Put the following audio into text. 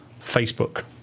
Facebook